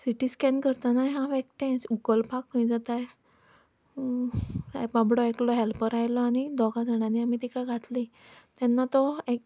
C T scan करतानाय हांव एकठेंच उखलपाक खंय जाता बाबडो एकलो हेल्पर आयलो आनी दोगा जाणांनी आमी तिका घातलें तेन्ना तो